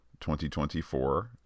2024